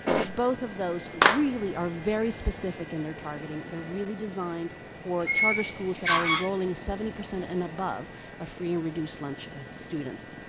but both of those really are very specific in their targeting. they're really designed for charter schools that are enrolling seventy percent and above of free and reduced lunch students.